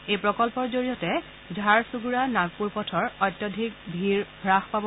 এই প্ৰকল্পৰ জৰিয়তে ঝাৰচুণ্ড়া নাগপুৰ পথৰ অত্যধিক ভিৰ হ্ৰাস পাব